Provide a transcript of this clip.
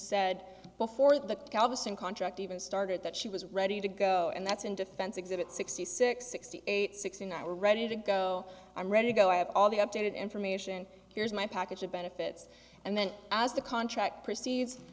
said before the galveston contract even started that she was ready to go and that's in defense exhibit sixty six sixty eight sixty nine we're ready to go i'm ready to go i have all the updated information here's my package of benefits and then as the contract proceeds